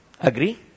Agree